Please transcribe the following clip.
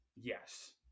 yes